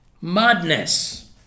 madness